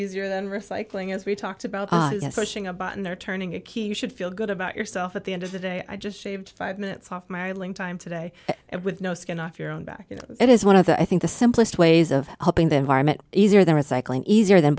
easier than recycling as we talked about searching a button there turning a key you should feel good about yourself at the end of the day i just shaved five minutes off marling time today and with no skin off your own back you know it is one of the i think the simplest ways of helping the environment easier than recycling easier than